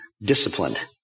disciplined